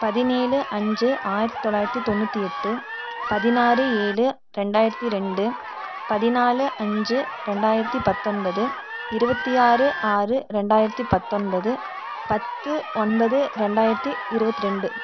பதினேழு அஞ்சு ஆயிரத்தி தொள்ளாயிரத்தி தொண்ணூற்றி எட்டு பதினாறு ஏழு ரெண்டாயிரத்தி ரெண்டு பதினாலு அஞ்சு ரெண்டாயிரத்தி பத்தொன்பது இருபத்தி ஆறு ஆறு ரெண்டாயிரத்தி பத்தொன்பது பத்து ஒன்பது ரெண்டாயிரத்தி இருபத்தி ரெண்டு